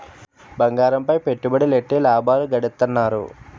బంగారంపై పెట్టుబడులెట్టి లాభాలు గడిత్తన్నారు